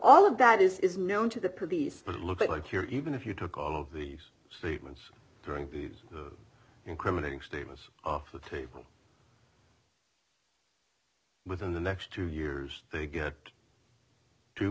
all of that is known to the police to look like here even if you took all of these statements during these incriminating statements off the table within the next two years they get two